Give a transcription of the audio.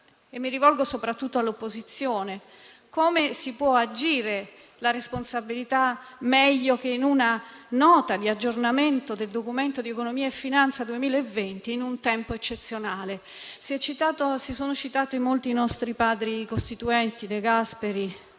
Mi rivolgo soprattutto all'opposizione: dove si può agire la responsabilità meglio che in una Nota di aggiornamento del Documento di economia e finanza 2020 in un tempo eccezionale? Sono stati citati molti nostri Padri costituenti: De Gasperi,